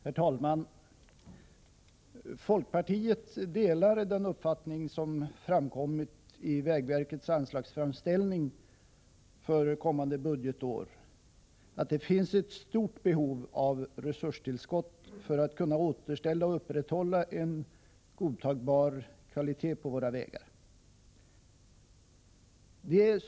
Herr talman! Folkpartiet delar den uppfattning som framkommit i vägverkets anslagsframställning för kommande budgetår, nämligen att det finns ett stort behov av resurstillskott för att man skall kunna återställa och upprätthålla en godtagbar kvalitet på våra vägar.